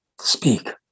speak